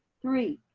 three,